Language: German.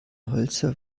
hölzer